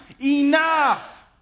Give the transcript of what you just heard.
Enough